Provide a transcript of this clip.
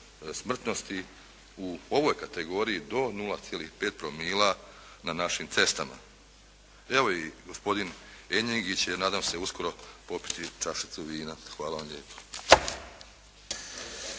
smrtnosti u ovoj kategoriji do 0,5 promila na našim cestama. Evo i gospodin …/Govornik se ne razumije./… će nadam se uskoro popiti čašicu vina. Hvala vam lijepa.